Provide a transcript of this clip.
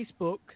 Facebook